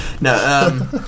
No